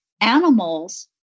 animals